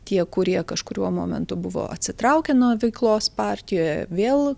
tie kurie kažkuriuo momentu buvo atsitraukę nuo veiklos partijoje vėl